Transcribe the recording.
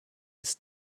ist